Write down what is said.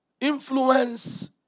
Influence